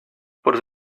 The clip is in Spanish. por